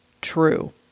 true